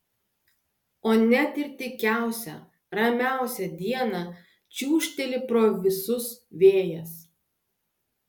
o net ir tykiausią ramiausią dieną čiūžteli pro visus vėjas